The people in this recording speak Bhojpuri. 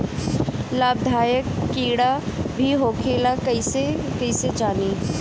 लाभदायक कीड़ा भी होखेला इसे कईसे जानी?